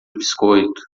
biscoito